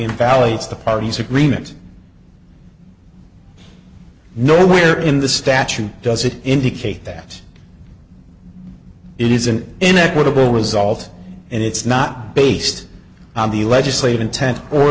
invalidates the parties agreement nowhere in the statute does it indicate that it is an inequitable result and it's not based on the legislative intent or